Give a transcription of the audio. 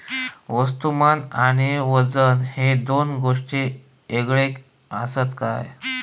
वस्तुमान आणि वजन हे दोन गोष्टी वेगळे आसत काय?